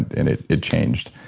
and it it changed.